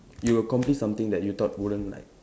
you accomplish something that you thought wouldn't like